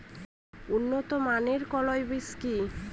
উন্নত মানের কলাই বীজ কি?